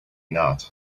not